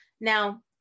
Now